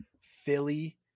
Philly